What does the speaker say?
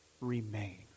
remain